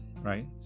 right